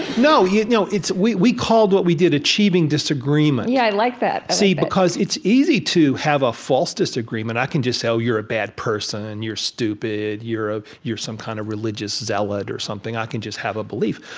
you know you know do we we called what we did achieving disagreement yeah, i like that see, because it's easy to have a false disagreement. i can just say, oh, you're a bad person and you're stupid. you're ah you're some kind of religious zealot or something. i can just have a belief.